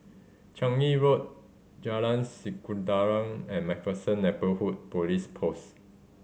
Changi Road Jalan Sikudanran and Macpherson Neighbourhood Police Post